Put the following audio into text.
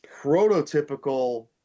prototypical